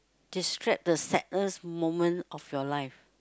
describe the sadness moment of your life